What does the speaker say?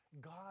God